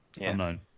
Unknown